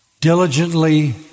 diligently